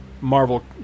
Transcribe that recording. Marvel